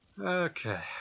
Okay